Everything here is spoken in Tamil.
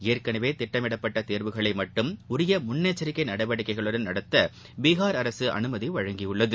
ஏற்கனவே திட்டமிடப்பட்ட தேர்வுகளை மட்டும் உரிய முன்னெச்சரிக்கை நடவடிக்கைகளுடன் நடத்த பீஹார் அரசு அனுமதி அளித்துள்ளது